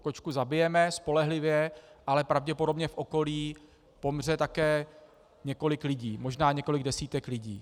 Kočku zabijeme, spolehlivě, ale pravděpodobně v okolí pomře také několik lidí, možná několik desítek lidí.